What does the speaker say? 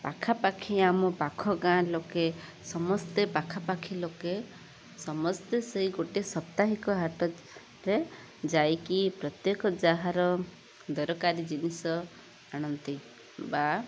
ପାଖାପାଖି ଆମ ପାଖ ଗାଁ ଲୋକେ ସମସ୍ତେ ପାଖାପାଖି ଲୋକେ ସମସ୍ତେ ସେଇ ଗୋଟେ ସାପ୍ତାହିକ ହାଟରେ ଯାଇକି ପ୍ରତ୍ୟକ ଯାହାର ଦରକାରୀ ଜିନିଷ ଆଣନ୍ତି ବା